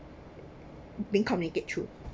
been communicate through